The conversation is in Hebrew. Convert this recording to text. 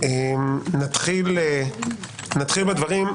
נתחיל בדברים.